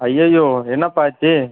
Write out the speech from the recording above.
ஐயையோ என்னப்பா ஆச்சு